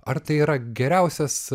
ar tai yra geriausias